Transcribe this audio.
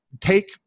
take